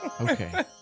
Okay